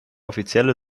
offizielle